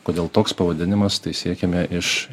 kodėl toks pavadinimas tai siekiame iš